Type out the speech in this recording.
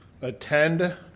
attend